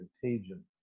contagion